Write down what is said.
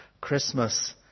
Christmas